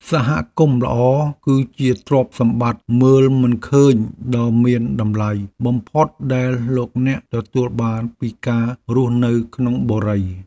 សហគមន៍ល្អគឺជាទ្រព្យសម្បត្តិមើលមិនឃើញដ៏មានតម្លៃបំផុតដែលលោកអ្នកទទួលបានពីការរស់នៅក្នុងបុរី។